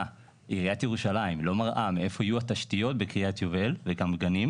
עיריית ירושלים לא מראה מאיפה יהיו התשתיות בקריית יובל וגם גנים,